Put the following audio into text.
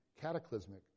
cataclysmic